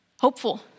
hopeful